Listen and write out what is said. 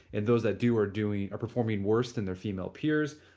and those that do or doing or performing worse than their female peers,